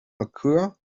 occur